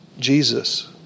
Jesus